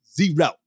zero